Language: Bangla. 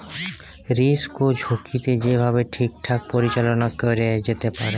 রিস্ক বা ঝুঁকিকে যে ভাবে ঠিকঠাক পরিচাললা ক্যরা যেতে পারে